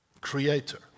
Creator